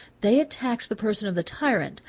they attacked the person of the tyrant,